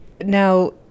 Now